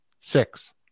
Six